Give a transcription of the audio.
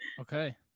Okay